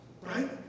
right